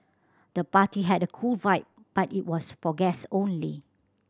the party had a cool vibe but it was for guest only